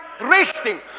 resting